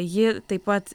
ji taip pat